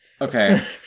Okay